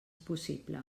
possible